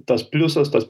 tas pliusas tas